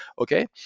okay